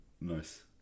nice